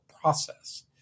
process